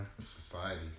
Society